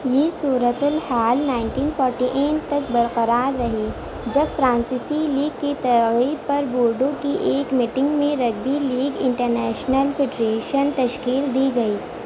یہ صورت الحال نائنٹین فورٹی این تک برقرار رہی جب فرانسیسی لیگ کی ترغیب پر بورڈو کی ایک میٹنگ میں rugby league international federation تشکیل دی گئی